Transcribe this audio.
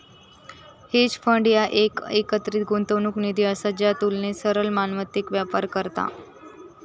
hedge fund ह्या एक एकत्रित गुंतवणूक निधी असा ज्या तुलनेना तरल मालमत्तेत व्यापार करता